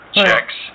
checks